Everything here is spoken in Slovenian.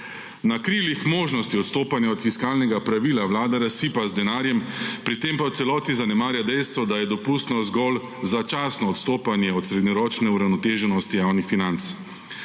Na krilih možnosti odstopanja od fiskalnega pravila vlada razsipa z denarjem, pri tem pa v celoti zanemarja dejstvo, da je dopustno zgolj začasno odstopanje od srednjeročne uravnoteženosti javnih financ.